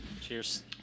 Cheers